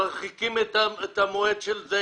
מרחיקים את המועד של זה.